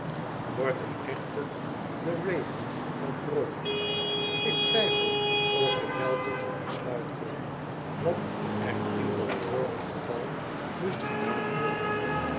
word ik echter den raven ten prooi ik twijfel of ik wel tot een besluit kwam wat er in dat treurig geval moest gedaan worden